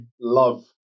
love